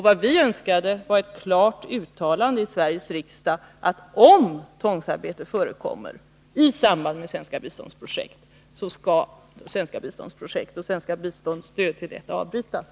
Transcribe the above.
Vad vi önskade var ett klart uttalande i Sveriges riksdag att om tvångsarbete förekom i samband med ett svenskt biståndsprojekt, skulle stödet till detta projekt avbrytas.